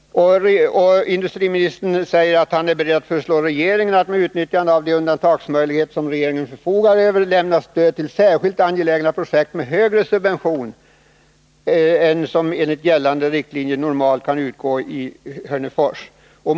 Industriministern säger att han är ”beredd att föreslå regeringen att med utnyttjande av de undantagsmöjligheter som regeringen förfogar över lämna stöd till särskilt angelägna projekt med högre subvention än som enligt gällande riktlinjer normalt kan utgå i Hörnefors”.